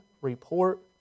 report